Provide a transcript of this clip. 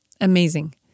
amazing